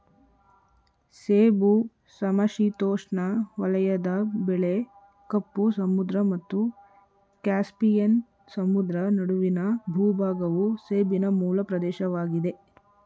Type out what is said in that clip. ಸೇಬು ಸಮಶೀತೋಷ್ಣ ವಲಯದ ಬೆಳೆ ಕಪ್ಪು ಸಮುದ್ರ ಮತ್ತು ಕ್ಯಾಸ್ಪಿಯನ್ ಸಮುದ್ರ ನಡುವಿನ ಭೂಭಾಗವು ಸೇಬಿನ ಮೂಲ ಪ್ರದೇಶವಾಗಿದೆ